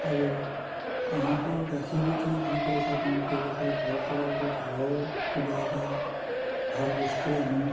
আৰু তাহাঁতৰ গাখীৰ বিকি যি পইচা পাওঁ সেই পইচাৰে ঘৰ চলাৰ পাছত ঘৰৰ কিবা এটা ভাল বস্তু আনো